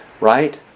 right